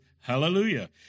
Hallelujah